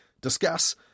Discuss